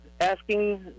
asking